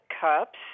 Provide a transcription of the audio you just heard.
cups